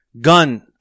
Gun